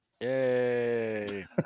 yay